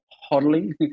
huddling